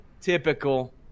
Typical